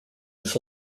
his